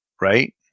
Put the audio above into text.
right